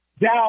down